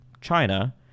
china